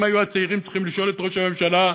אם היו הצעירים צריכים לשאול את ראש הממשלה,